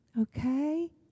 Okay